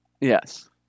Yes